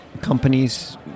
companies